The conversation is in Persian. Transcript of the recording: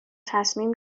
تصمیم